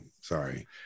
sorry